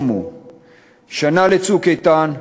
שנה ל"צוק איתן",